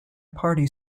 party